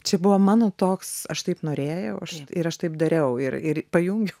čia buvo mano toks aš taip norėjau aš ir aš taip dariau ir ir pajungiau